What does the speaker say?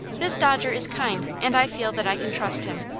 this dodger is kind, and i feel that i can trust him.